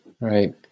Right